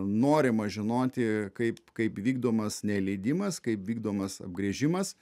norima žinoti kaip kaip vykdomas neleidimas kaip vykdomas apgręžimas